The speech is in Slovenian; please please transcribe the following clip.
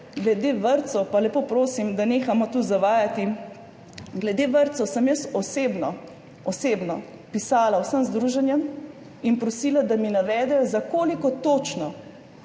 glede vrtcev pa lepo prosim, da nehamo tu zavajati. Glede vrtcev sem jaz osebno, osebno pisala vsem združenjem in prosila, da mi navedejo, za koliko točno